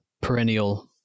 perennial